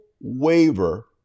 waiver